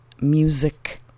music